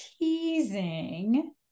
teasing